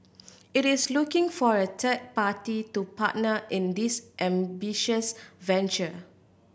it is looking for a third party to partner in this ambitious venture